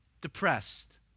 depressed